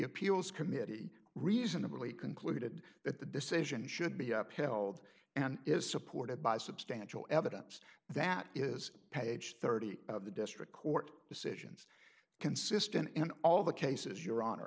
appeals committee reasonably concluded that the decision should be upheld and is supported by substantial evidence that is page thirty of the district court decisions consistent in all the cases your honor